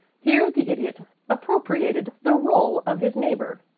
here the idiot appropriated the roll of his neighbor.